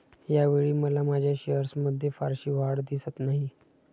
यावेळी मला माझ्या शेअर्समध्ये फारशी वाढ दिसत नाही